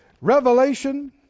Revelation